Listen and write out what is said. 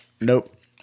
Nope